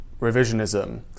revisionism